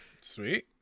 Sweet